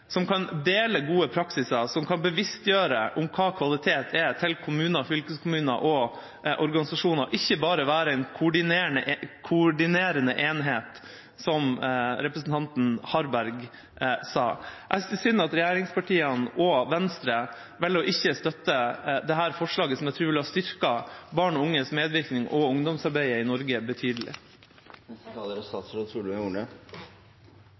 som kan dele gode praksiser, som kan bevisstgjøre om hva kvalitet er, til kommuner, fylkeskommuner og organisasjoner og ikke bare være en koordinerende enhet, som representanten Harberg sa. Jeg synes det er synd at regjeringspartiene og Venstre ikke velger å støtte dette forslaget, som jeg tror ville ha styrket barn og unges medvirkning og ungdomsarbeidet i Norge betydelig.